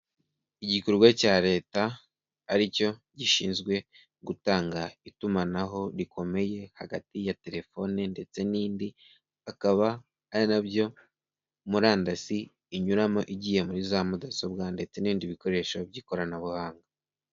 Igikorwa cya leta aricyo gishinzwe gutanga itumanaho rikomeye hagati ya telefoni ndetse n'indi, akaba ari nabyo murandasi inyuramo igiye muri za mudasobwa ndetse n'ibindi bikoresho by'ikoranabuhanga.